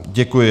Děkuji.